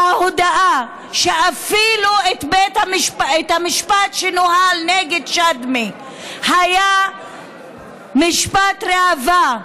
וההודעה שאפילו המשפט שנוהל נגד שדמי היה משפט ראווה,